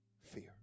fear